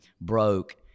broke